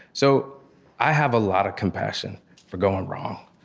so i have a lot of compassion for going wrong.